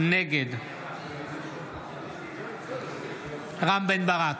נגד רם בן ברק,